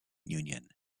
union